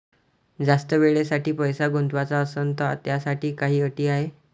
जास्त वेळेसाठी पैसा गुंतवाचा असनं त त्याच्यासाठी काही अटी हाय?